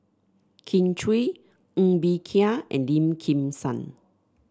Kin Chui Ng Bee Kia and Lim Kim San